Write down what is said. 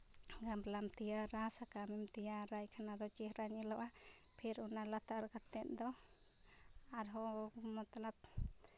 ᱜᱟᱢᱞᱟᱢ ᱛᱮᱭᱟᱨᱟ ᱥᱟᱠᱟᱢᱮᱢ ᱛᱮᱭᱟᱨᱟᱭ ᱠᱷᱟᱱ ᱟᱨᱦᱚᱸ ᱪᱮᱦᱨᱟᱭ ᱧᱮᱞᱚᱜᱼᱟ ᱯᱷᱤᱨ ᱚᱱᱟ ᱞᱟᱛᱟᱨ ᱠᱟᱛᱮᱫ ᱫᱚ ᱟᱨᱦᱚᱸ ᱢᱚᱛᱞᱚᱵᱽ